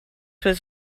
was